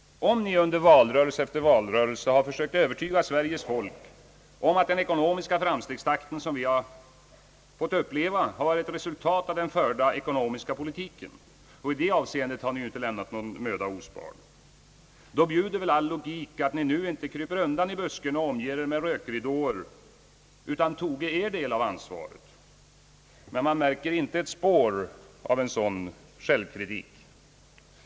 Om ni i valrörelse efter valrörelse har försökt övertyga Sveriges folk om att den ekonomiska framstegstakt vi fått uppleva varit resultat av den förda ekonomiska politiken — och i det avseendet har ni ju inte lämnat någon möda ospard — då bjuder all logik att ni nu inte kryper undan i busken och gömmer er bakom rökridåer, utan tar er del av ansvaret. Men man märker inte ett spår av en sådan självkritik.